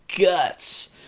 guts